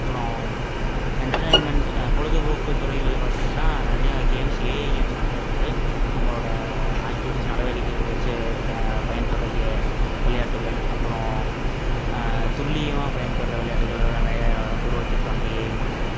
அப்பறம் எண்டர்டெயின்மெண்ட் பொழுதுபோக்கு துறைகளில் பார்த்திங்கன்னா நிறையா கேம்ஸ் ஏஐ கேம்ஸ் நிறையா இருக்குது நம்மளோட ஆக்டிவிட்டிஸ் நடவடிக்கைகள் வச்சி பயன்படுறக்கே விளையாட்டுகள் அப்பறம் துல்லியமாக பயன்படுற விளையாட்டுகள்லாம் நிறையா உருவாக்கிருக்காங்க ஏஐ மூலிமா